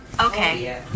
Okay